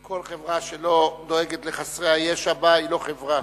כל חברה שלא דואגת לחסרי הישע בה, היא לא חברה.